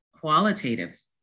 qualitative